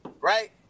right